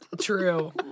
True